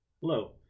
Hello